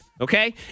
Okay